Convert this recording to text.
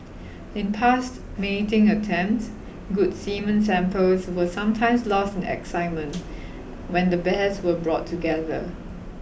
in past mating attempts good semen samples were sometimes lost in excitement when the bears were brought together